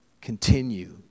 continue